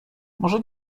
może